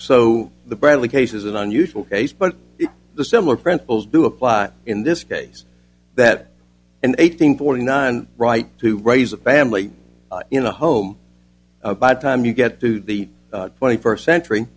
so the bradley case is an unusual case but the similar principles do apply in this case that an eight hundred forty nine right to raise a family you know home by the time you get to the twenty first century